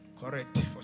correct